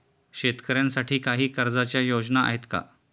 शेतकऱ्यांसाठी काही कर्जाच्या योजना आहेत का?